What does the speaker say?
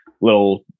little